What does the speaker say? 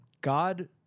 God